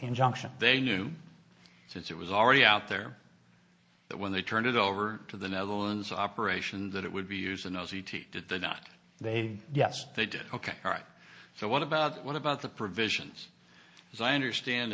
injunction they knew since it was already out there that when they turned it over to the netherlands operation that it would be used in the not they yes they did ok all right so what about what about the provisions as i understand